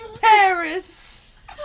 Paris